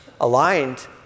aligned